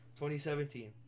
2017